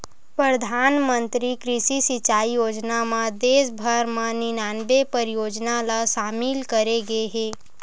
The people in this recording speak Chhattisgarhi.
परधानमंतरी कृषि सिंचई योजना म देस भर म निनानबे परियोजना ल सामिल करे गे हे